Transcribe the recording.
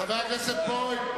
חבר הכנסת בוים,